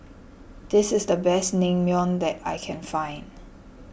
this is the best Naengmyeon that I can find